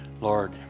Lord